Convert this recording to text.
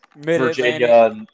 Virginia